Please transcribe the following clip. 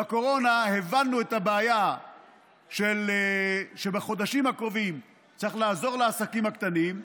בקורונה הבנו את הבעיה שבחודשים הקרובים צריך לעזור לעסקים הקטנים,